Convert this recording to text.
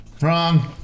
Wrong